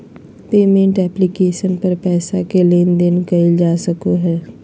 payment application पर पैसा के लेन देन कइल जा सको हइ